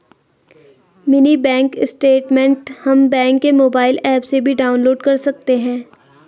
mini bank statement हम bank के mobile app से भी डाउनलोड कर सकते है